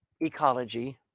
ecology